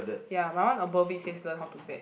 ya my one above it says learn how to bet